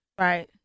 right